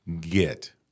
get